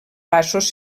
passos